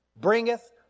bringeth